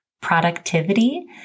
productivity